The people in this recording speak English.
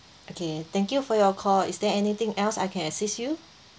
okay thank you for your call is there anything else I can assist you